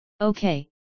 Okay